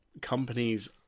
companies